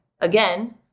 again